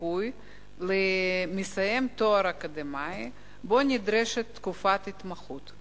זיכוי למסיים תואר אקדמי שנדרשת בו תקופת התמחות.